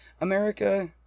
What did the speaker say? America